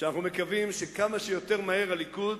שאנחנו מקווים שכמה שיותר מהר הליכוד